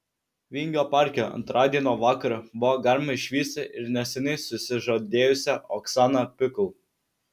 vingio parke antradienio vakarą buvo galima išvysti ir neseniai susižadėjusią oksaną pikul